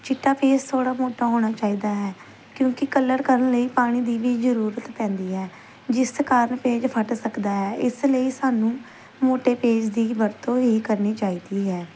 ਚਿੱਟਾ ਪੇਜ ਥੋੜ੍ਹਾ ਮੋਟਾ ਹੋਣਾ ਚਾਹੀਦਾ ਹੈ ਕਿਉਂਕਿ ਕਲਰ ਕਰਨ ਲਈ ਪਾਣੀ ਦੀ ਵੀ ਜ਼ਰੂਰਤ ਪੈਂਦੀ ਹੈ ਜਿਸ ਕਾਰਣ ਪੇਜ ਫਟ ਸਕਦਾ ਹੈ ਇਸ ਲਈ ਸਾਨੂੰ ਮੋਟੇ ਪੇਜ ਦੀ ਵਰਤੋਂ ਹੀ ਕਰਨੀ ਚਾਹੀਦੀ ਹੈ